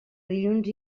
dilluns